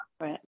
Right